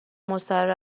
مستراح